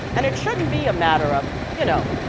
and it shouldn't be a matter of, you know,